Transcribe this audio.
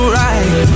right